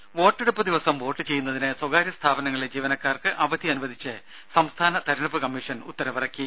ദേദ വോട്ടെടുപ്പ് ദിവസം വോട്ട് ചെയ്യുന്നതിന് സ്വകാര്യ സ്ഥാപനങ്ങളിലെ ജീവനക്കാർക്ക് അവധി അനുവദിച്ച് സംസ്ഥാന തിരഞ്ഞെടുപ്പ് കമ്മീഷൻ ഉത്തരവിറക്കി